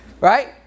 Right